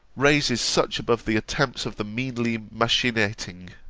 raises such above the attempts of the meanly machinating.